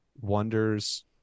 wonders